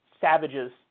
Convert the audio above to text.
savages